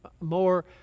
more